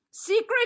Secret